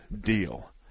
deal